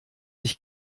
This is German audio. ich